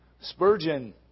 Spurgeon